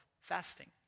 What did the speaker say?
fasting